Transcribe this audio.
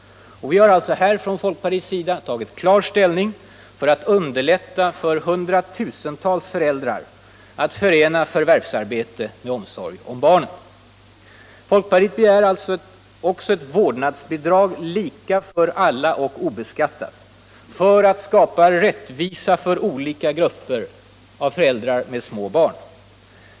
Vi har från folkpartiet tagit klar ställning för den reformen för att underlätta för hundratusentals föräldrar att förena förvärvsarbete med omsorg om barnen. Folkpartiet begär vidare ett obeskattat vårdnadsbidrag, som är lika stort för alla, för att skapa rättvisa för olika grupper av föräldrar med små barn.